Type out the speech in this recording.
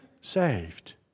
saved